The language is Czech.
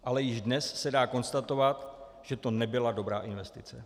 Ale již dnes se dá konstatovat, že to nebyla dobrá investice.